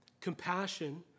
Compassion